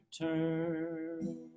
turn